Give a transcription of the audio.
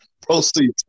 Proceed